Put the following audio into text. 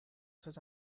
très